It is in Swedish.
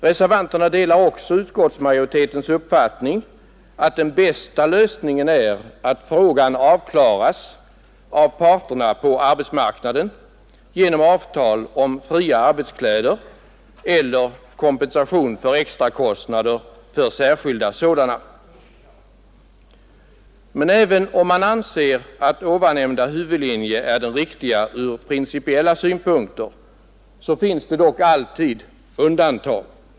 Reservanterna delar också utskottsmajoritetens uppfattning att den bästa lösningen är att frågan avklaras av parterna på arbetsmarknaden genom avtal om fria arbetskläder eller kompensation för extrakostnader för särskilda sådana. Men även om man anser att nyssnämnda huvudlinje är den riktiga ur principiell synpunkt finns det dock alltid undantag.